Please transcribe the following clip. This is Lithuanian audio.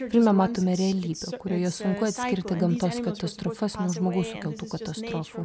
filme matome realybę kurioje sunku atskirti gamtos katastrofas nuo žmogaus sukeltų katastrofų